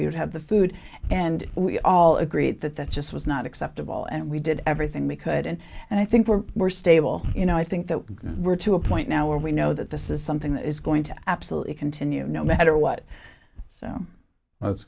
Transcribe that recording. would have the food and we all agreed that that just was not acceptable and we did everything we could and i think we're more stable you know i think that we're to a point now where we know that this is something that is going to absolutely continue no matter what so that's